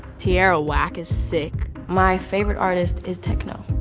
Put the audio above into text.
tierra whack is sick. my favorite artist is tekno.